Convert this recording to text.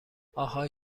آهای